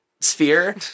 sphere